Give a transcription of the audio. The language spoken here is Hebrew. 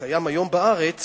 שקיים היום בארץ